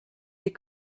des